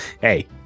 Hey